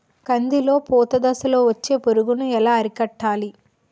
కందిలో పూత దశలో వచ్చే పురుగును ఎలా అరికట్టాలి?